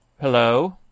Hello